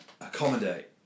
accommodate